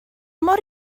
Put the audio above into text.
mor